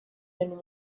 than